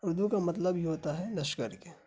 اردو کا مطلب ہی ہوتا ہے لشکر کے